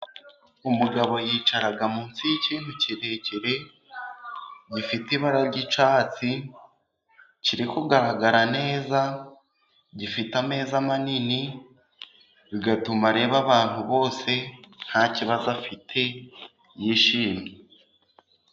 Umugabo yicara munsi y'ikintu kirekire, gifite ibara ry'icyatsi, kiri kugaragara neza, gifite ameza manini, bigatuma areba abantu bose ntakibazo afite, yishimye.